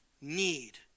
need